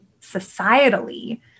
societally